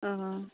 অঁ